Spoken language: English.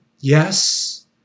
Yes